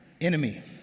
enemy